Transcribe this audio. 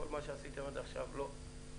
כל מה שעשיתם עד עכשיו לא.